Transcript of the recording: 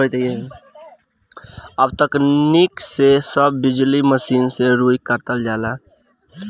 अब तकनीक से सब बिजली मसीन से रुई कातल जाता